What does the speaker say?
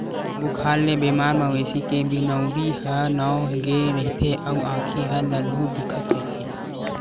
बुखार ले बेमार मवेशी के बिनउरी ह नव गे रहिथे अउ आँखी ह ललहूँ दिखत रहिथे